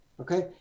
Okay